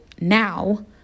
now